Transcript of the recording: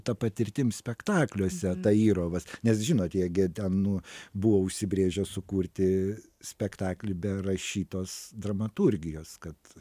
ta patirtim spektakliuose tairovas nes žinot jie gi ten nu buvo užsibrėžę sukurti spektaklį be rašytos dramaturgijos kad